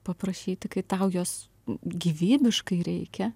paprašyti kai tau jos gyvybiškai reikia